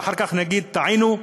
ואחר כך נגיד: טעינו,